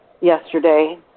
yesterday